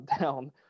down